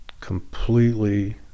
completely